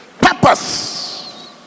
purpose